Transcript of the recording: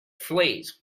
fleas